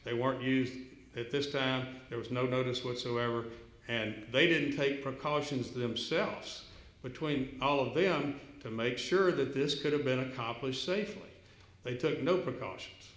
they weren't used at this town there was no notice whatsoever and they didn't take precautions themselves between all of their own to make sure that this could have been accomplished safely they took no